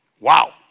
wow